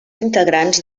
integrants